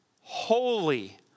Holy